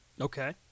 Okay